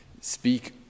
speak